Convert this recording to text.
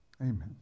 Amen